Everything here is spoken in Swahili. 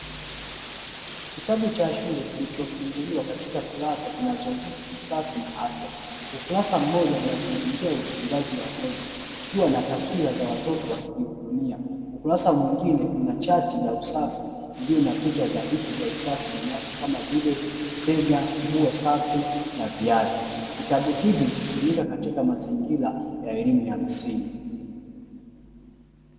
Kitabu cha shule kilicho funguliwa katika kurasa zinazohusu usafi na afya, ukurasa mmoja unazungumzia utunzaji wa ngozi, ukiwa na taswira za watoto wakijihudumia, ukurasa mwingine unachati ya usafi iliyo na picha za vitu vya usafi binafsi kama vile sega, nguo safi na viatu. Vitabu hivi hutumika katika mazingira ya elimu ya msingi.